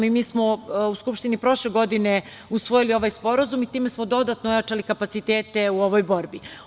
Mi smo u Skupštini prošle godine usvojili ovaj sporazum i time smo dodatno ojačali kapacitete u ovoj borbi.